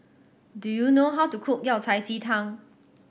do you know how to cook Yao Cai ji tang